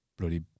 bloody